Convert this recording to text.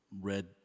red